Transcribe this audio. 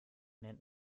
nennt